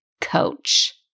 coach